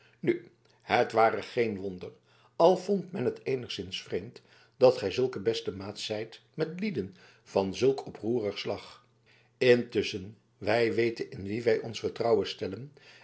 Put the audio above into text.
nu het ware geen wonder al vond men het eenigszins vreemd dat gij zulke beste maats zijt met lieden van zulk oproerig slag intusschen wij weten in wien wij ons vertrouwen stellen